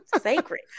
Sacred